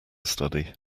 study